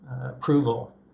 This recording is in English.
approval